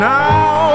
now